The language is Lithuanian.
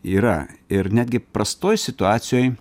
yra ir netgi prastoj situacijoj